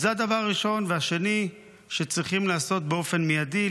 אז זה הדבר הראשון והשני שצריכים לעשות באופן מיידי,